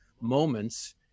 moments